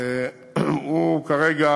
הוא כרגע